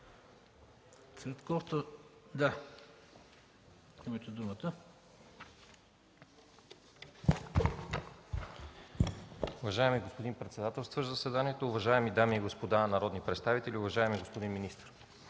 Уважаеми господин председател, уважаеми дами и господа народни представители, уважаеми господин министър!